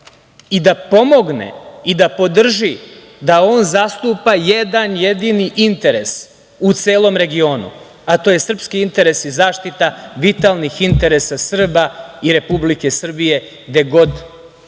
i da pomogne i podrži, da on zastupa jedan jedini interes u celom regionu, a to je srpski interes i zaštita vitalnih interesa Srba i Republike Srbije gde god